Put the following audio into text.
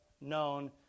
known